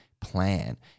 plan